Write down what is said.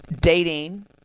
dating